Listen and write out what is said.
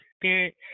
spirit